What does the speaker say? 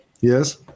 Yes